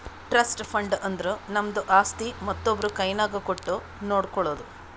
trust fund ಅಂದುರ್ ನಮ್ದು ಆಸ್ತಿ ಮತ್ತೊಬ್ರು ಕೈನಾಗ್ ಕೊಟ್ಟು ನೋಡ್ಕೊಳೋದು